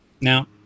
Now